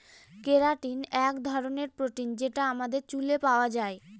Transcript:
keratin এক ধরনের protein যেটা আমাদের চুলে পাওয়া যায়